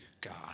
God